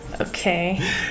Okay